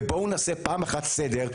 בואו ונעשה פעם אחת סדר,